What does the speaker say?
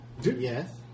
Yes